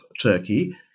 Turkey